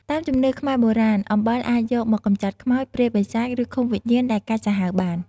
តាមជំនឿខ្មែរបុរាណ អំបិលអាចយកមកកម្ចាត់ខ្មោច ព្រាយ បិសាច ឬឃុំវិញ្ញាណដែលកាចសាហាវបាន។